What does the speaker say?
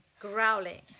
growling